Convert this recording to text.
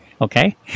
Okay